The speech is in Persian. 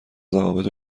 ضوابط